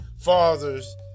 fathers